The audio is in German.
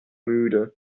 müde